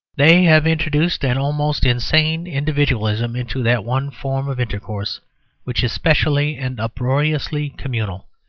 they have introduced an almost insane individualism into that one form of intercourse which is specially and uproariously communal.